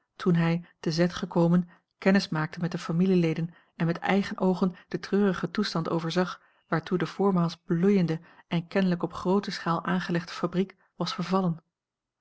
toen hij te z gekomen kennis maakte met de familieleden en met eigen oogen den treurigen toestand overzag waartoe de voormaals bloeiende en kenlijk op groote schaal aangelegde fabriek was vervallen